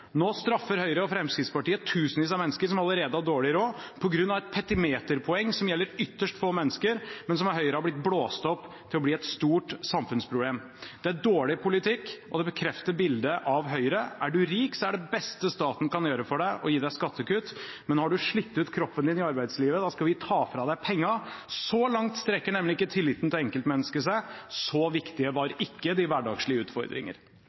Nå straffer Høyre og Fremskrittspartiet tusenvis av mennesker som allerede har dårlig råd på grunn av et petimeterpoeng som gjelder ytterst få mennesker, men som av Høyre er blitt blåst opp til å bli et stort samfunnsproblem. Det er dårlig politikk, og det bekrefter bildet av Høyre: Er du rik, er det beste staten kan gjøre for deg, å gi deg skattekutt, men har du slitt ut kroppen din i arbeidslivet, skal vi ta fra deg pengene. Så langt strekker nemlig ikke tilliten til enkeltmennesket seg. Så viktige var ikke de hverdagslige